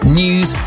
news